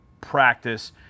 practice